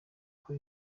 uko